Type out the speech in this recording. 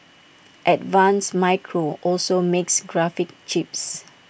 advanced micro also makes graphics chips